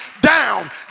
down